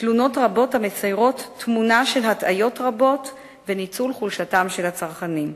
תלונות רבות המציירות תמונה של הטעיות רבות וניצול חולשתם של הצרכנים.